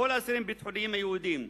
כל האסירים הביטחוניים היהודים,